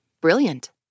Brilliant